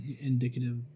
indicative